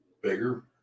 bigger